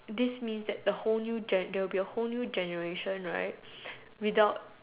this means that the whole new gen there will be a whole new generation right without